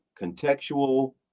contextual